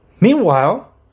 Meanwhile